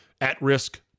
at-risk